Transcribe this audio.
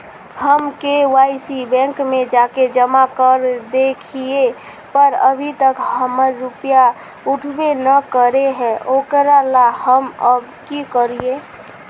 हम KYC bank में जाके जमा कर देलिए पर अभी तक हमर रुपया उठबे न करे है ओकरा ला हम अब की करिए?